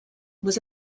was